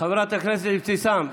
חברת הכסת אבתיסאם,